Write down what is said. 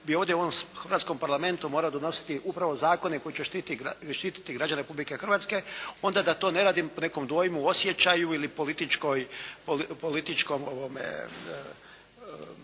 bi ovdje u ovom hrvatskom Parlamentu morao donositi upravo zakone koji će štititi građane Republike Hrvatske, onda da to ne radim po nekom dojmu, osjećaju ili političkom